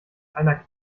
einer